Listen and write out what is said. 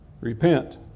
Repent